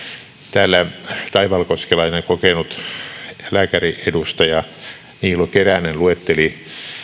täällä taivalkoskelainen kokenut lääkäriedustaja niilo keränen luetteli